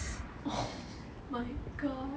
oh my god